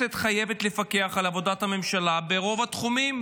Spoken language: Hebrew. הכנסת חייבת לפקח על עבודת הממשלה ברוב התחומים,